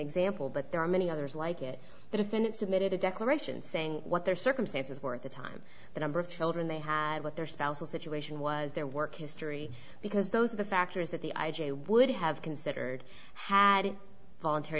example but there are many others like it that if it submitted a declaration saying what their circumstances were at the time the number of children they had with their spousal situation was their work history because those are the factors that the i j a would have considered had voluntary